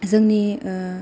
जोंनि ओ